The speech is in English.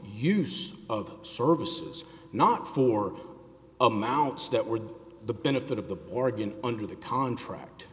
use of services not for amounts that were the benefit of the organ under the contract